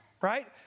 right